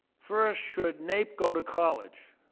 first, should naep go to college